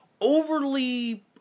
overly